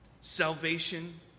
Salvation